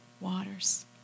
waters